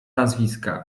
nazwiska